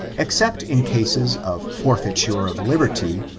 except in cases of forfeiture of liberty,